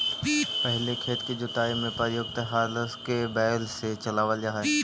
पहिले खेत के जुताई में प्रयुक्त हर के बैल से चलावल जा हलइ